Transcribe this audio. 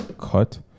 cut